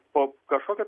po kažkokio